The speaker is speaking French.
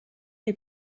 est